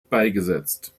beigesetzt